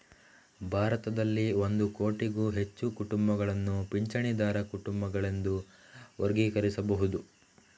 ಭಾರತದಲ್ಲಿ ಒಂದು ಕೋಟಿಗೂ ಹೆಚ್ಚು ಕುಟುಂಬಗಳನ್ನು ಪಿಂಚಣಿದಾರ ಕುಟುಂಬಗಳೆಂದು ವರ್ಗೀಕರಿಸಬಹುದು